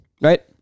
right